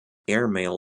airmail